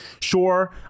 Sure